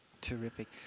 Terrific